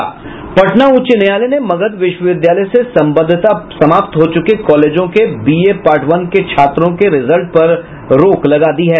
पटना उच्च न्यायालय ने मगध विश्वविद्यालय से सबद्धता समाप्त हो चुके कॉलेजों के बीए पार्ट वन के छात्रों के रिजल्ट पर रोक लगा दी है